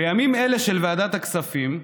בימים אלה בוועדת הכספים,